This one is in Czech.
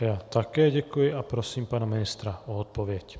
Já také děkuji a prosím pana ministra o odpověď.